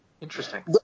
interesting